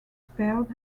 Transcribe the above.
spared